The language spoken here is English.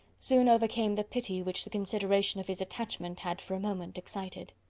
soon overcame the pity which the consideration of his attachment had for a moment excited.